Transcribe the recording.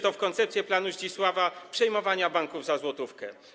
to w koncepcję planu Zdzisława przejmowania banków za złotówkę.